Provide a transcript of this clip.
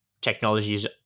technologies